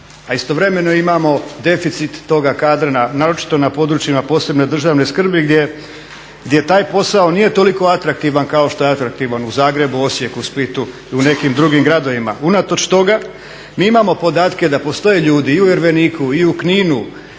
A istovremeno imamo deficit toga kadra, naročito na područjima od posebne državne skrbi gdje taj posao nije toliko atraktivan kao što je atraktivan u Zagrebu, Osijeku, Splitu i nekim drugim gradovima. Unatoč toga mi imamo podatke da postoje ljudi i u Erveniku i u Kninu